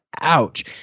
ouch